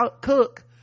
cook